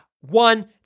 one